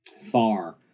far